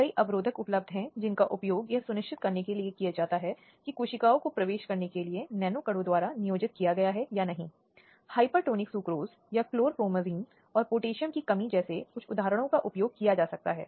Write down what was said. कार्यवाही को दिन प्रतिदिन जारी रखा जाएगा जब तक कि सभी गवाहों की जांच नहीं हो जाती और बलात्कार के मामले में आरोप पत्र दाखिल होने के दो महीने के भीतर मुकदमा पूरा हो सकता है